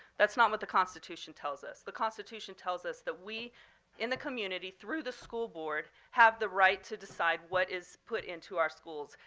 that's not what the constitution tells us. the constitution tells us that we in the community through the school board have the right to decide what is put into our schools.